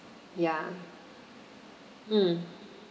ya mm